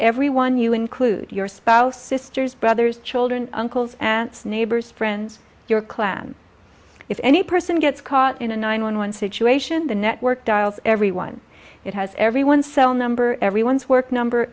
everyone you include your spouse sisters brothers children uncles aunts neighbors friends your clan if any person gets caught in a nine one one situation the network dials everyone it has everyone cell number everyone's work number